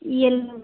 यल्लोमा